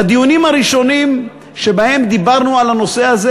בדיונים הראשונים שבהם דיברנו על הנושא הזה